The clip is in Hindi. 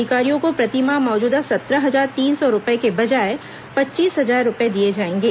अधिकारियों को प्रतिमाह मौजूदा सत्रह हजार तीन सौ रुपये के बजाय पच्चीस हजार रुपये दिए जाएंगे